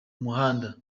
muhanda